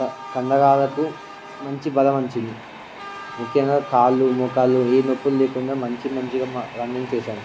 కండకాలకు మంచి బలం వచ్చింది ముఖ్యంగా కాళ్ళు మోకాళ్లు ఏ నొప్పులు లేకుండా మంచి మంచిగా రన్నింగ్ చేశాము